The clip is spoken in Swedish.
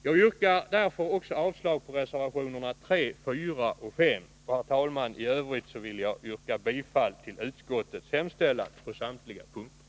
Jag yrkar därför avslag på reservationerna 3, 4 och 5. Herr talman! I övrigt vill jag yrka bifall till utskottets hemställan på samtliga punkter.